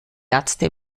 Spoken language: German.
ärzte